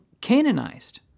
canonized